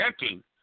checking